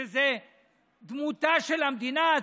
שזו דמותה של המדינה,